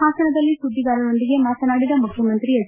ಪಾಸನದಲ್ಲಿ ಸುದ್ದಿಗಾರರೊಂದಿಗೆ ಮಾತನಾಡಿದ ಮುಖ್ಯಮಂತ್ರಿ ಎಚ್